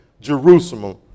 Jerusalem